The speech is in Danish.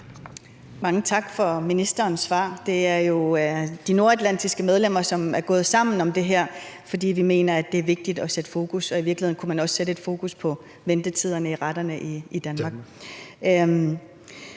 Mange tak for ministerens svar. Det er jo de nordatlantiske medlemmer, som er gået sammen om det her, fordi vi mener, at det er vigtigt at sætte fokus på det, og i virkeligheden kunne man også sætte fokus på ventetiderne i retterne i Danmark.